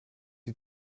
die